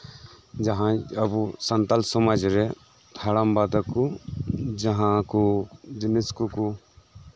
ᱡᱟᱦᱟᱸᱭ ᱟᱵᱚ ᱥᱟᱱᱛᱟᱲ ᱥᱚᱢᱟᱡᱽ ᱨᱮ ᱦᱟᱲᱟᱢ ᱵᱟ ᱛᱟᱠᱚ ᱡᱟᱦᱟᱸ ᱠᱚ ᱡᱤᱱᱤᱥ ᱠᱚᱠᱚ